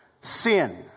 sin